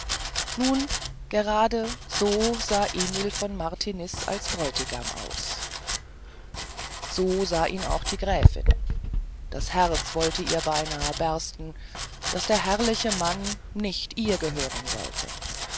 nun gerade so sah emil von martiniz als bräutigam aus so sah ihn auch die gräfin das herz wollte ihr beinahe bersten daß der herrliche mann nicht ihr gehören sollte